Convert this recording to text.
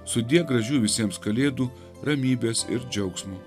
sudie gražių visiems kalėdų ramybės ir džiaugsmo